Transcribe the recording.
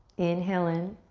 inhale in.